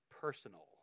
personal